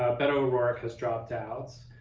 ah beto o'rourke has dropped out,